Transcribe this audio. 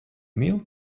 mīl